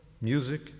music